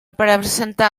presentar